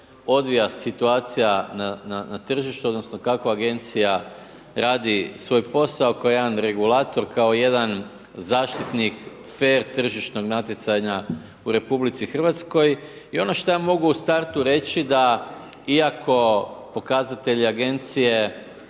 odvija situacija na tržištu, odnosno kako agencija radi svoj posao kao jedan regulator, kao jedan zaštitnik fer tržišnog natjecanja u RH. I ono što ja mogu u startu reći da iako pokazatelji agencije